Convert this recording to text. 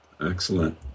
excellent